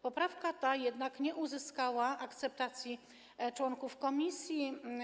Poprawka ta jednak nie uzyskała akceptacji członków komisji.